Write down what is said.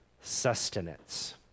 sustenance